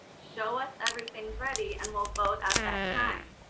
show us everything's ready and we'll vote at that time.